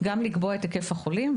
גם לקבוע את היקף החולים,